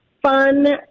fun